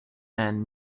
end